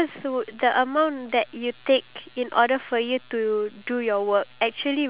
no no no I have a question I have a list of questions I found out that the cards are with me